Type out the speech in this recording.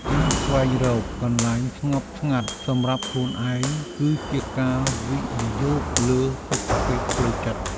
ការស្វែងរកកន្លែងស្ងប់ស្ងាត់សម្រាប់ខ្លួនឯង គឺជាការវិនិយោគលើសុខភាពផ្លូវចិត្ត។